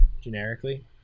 generically